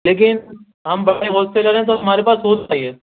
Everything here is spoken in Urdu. لیکن ہم ہمارے پاس ہونا چاہیے